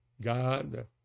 God